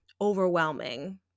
overwhelming